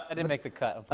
ah didn't make the cut.